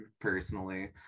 personally